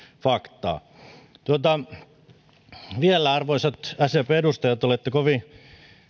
faktaa vielä arvoisat sdpn edustajat olette kovin